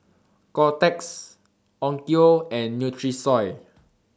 Kotex Onkyo and Nutrisoy